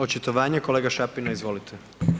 Očitovanje, kolega Šapina, izvolite.